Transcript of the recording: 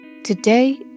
Today